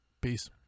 peace